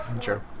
Sure